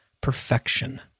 perfection